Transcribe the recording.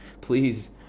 Please